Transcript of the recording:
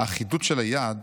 "האחידות של היעד,